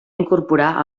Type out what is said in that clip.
incorporar